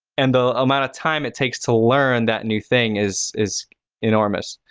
and the amount of time it takes to learn that new thing is is enormous.